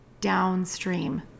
downstream